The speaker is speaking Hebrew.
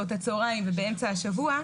שעות הצהריים ובאמצע השבוע,